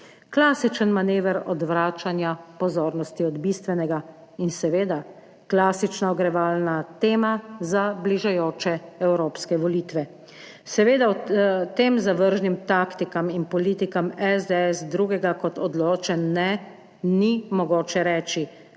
Klasičen manever odvračanja pozornosti od bistvenega in seveda klasična ogrevalna tema za bližajoče evropske volitve. Seveda tem zavržnim taktikam in politikam SDS drugega kot odločen ne ni mogoče reči.